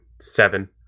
seven